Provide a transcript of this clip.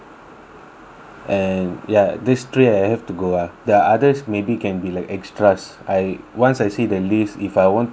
and ya these three I have to go ah the others maybe can be like extras I once I see the list if I want to go I can